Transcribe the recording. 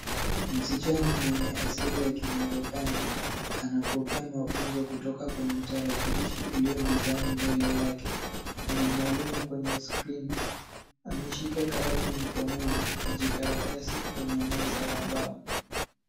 Msichana mwenye asili ya Kimarekani anapokea mafunzo kutoka kwenye tarakilishi iliyo mezani mbele yake. Kuna mwalimu kwenye skrini. Ameshika kalamu mkononi, kijikaratasi kwenye meza ya mbao.